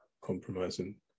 compromising